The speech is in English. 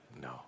No